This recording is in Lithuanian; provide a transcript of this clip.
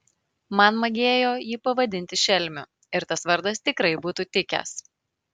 man magėjo jį pavadinti šelmiu ir tas vardas tikrai būtų tikęs